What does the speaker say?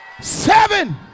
seven